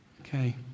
Okay